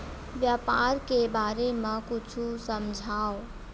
व्यापार के बारे म कुछु समझाव?